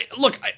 look